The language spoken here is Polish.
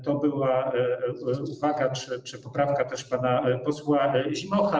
To była uwaga czy też poprawka pana posła Zimocha.